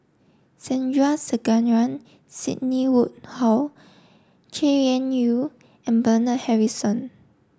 Sandrasegaran Sidney Woodhull Chay Weng Yew and Bernard Harrison